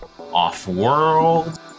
off-world